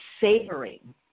savoring